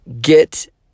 get